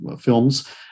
films